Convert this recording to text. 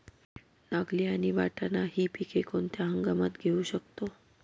नागली आणि वाटाणा हि पिके कोणत्या हंगामात घेऊ शकतो?